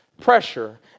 pressure